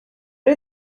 did